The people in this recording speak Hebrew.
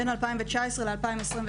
בין 2019 ל-2021,